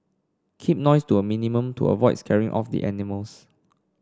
keep noise to a minimum to avoid scaring off the animals